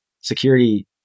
security